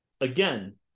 again